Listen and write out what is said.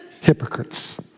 hypocrites